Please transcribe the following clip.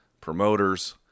promoters